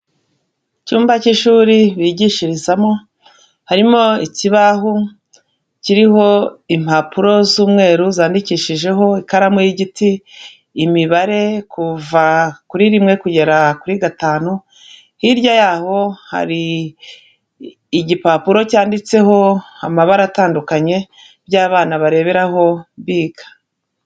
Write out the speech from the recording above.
Icyumba cy'ishuri bigishirizamo harimo ikibaho kiriho impapuro z'umweru zandikishijeho ikaramu y'igiti, imibare kuva kuri rimwe kugera kuri gatanu, hirya y'aho hari igipapuro cyanditseho amabara atandukanye by'abana bareberaho biga.